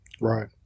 Right